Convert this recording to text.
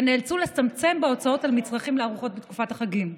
ונאלצו לצמצם בהוצאות על מצרכים לארוחות בתקופת החגים,